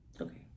Okay